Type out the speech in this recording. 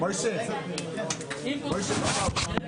(הישיבה נפסקה בשעה